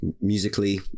musically